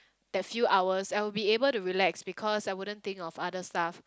that few hours I would be able to relax because I wouldn't think of other stuff